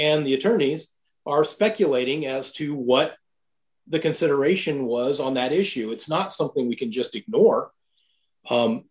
and the attorneys are speculating as to what the consideration was on that issue it's not something we can just ignore